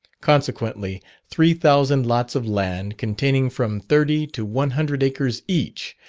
consequently, three thousand lots of land, containing from thirty to one hundred acres each,